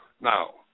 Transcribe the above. Now